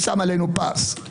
שם עלינו פס.